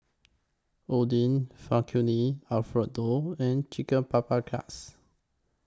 Oden Alfredo and Chicken Paprikas